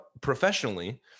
professionally